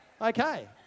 Okay